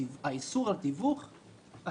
איסור על תיווך,